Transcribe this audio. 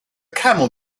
camel